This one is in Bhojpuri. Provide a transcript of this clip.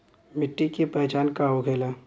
मिट्टी के पहचान का होखे ला?